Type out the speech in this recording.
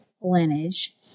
lineage